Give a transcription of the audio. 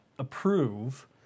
approve